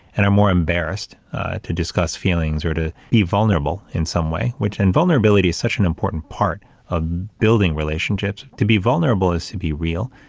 and are more embarrassed to discuss feelings or to be vulnerable in some way, which and vulnerability is such an important part of building relationships to be vulnerable is to be real,